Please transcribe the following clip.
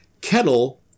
Kettle